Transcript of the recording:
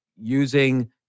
using